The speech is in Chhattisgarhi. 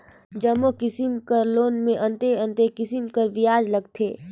जम्मो किसिम कर लोन में अन्ते अन्ते किसिम कर बियाज लगथे